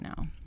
now